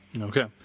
Okay